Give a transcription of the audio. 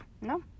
No